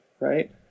Right